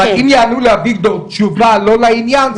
אבל אם יענו לאביגדור תשובה לא לעניין,